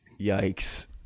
yikes